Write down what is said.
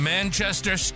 Manchester